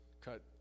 cut